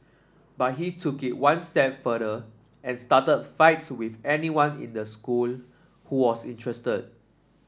but he took it one step further and started fights with anyone in the school who was interested